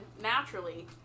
naturally